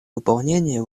выполнение